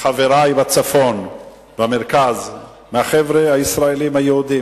מחברי בצפון ובמרכז, מהחבר'ה הישראלים היהודים,